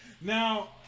Now